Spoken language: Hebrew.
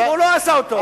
הוא לא עשה אותו.